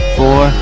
four